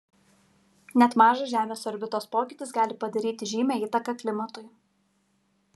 net mažas žemės orbitos pokytis gali padaryti žymią įtaką klimatui